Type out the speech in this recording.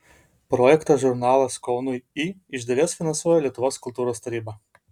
projektą žurnalas kaunui į iš dalies finansuoja lietuvos kultūros taryba